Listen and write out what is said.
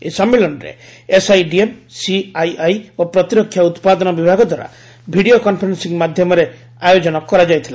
ଏହି ସମ୍ମିଳନୀରେ SIDM CII ଓ ପ୍ରତିରକ୍ଷା ଉତ୍ପାଦନ ବିଭାଗ ଦ୍ୱାରା ଭିଡ଼ିଓ କନ୍ଫରେନ୍ସିଂ ମାଧ୍ୟମରେ ଆୟୋଜନ କରାଯାଇଥିଲା